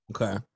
Okay